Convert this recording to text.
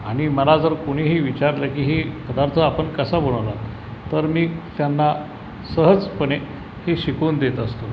आणि मला जर कोणीही विचारलं की हे पदार्थ आपण कसा बनवला तर मी त्यांना सहजपणे हे शिकवून देत असतो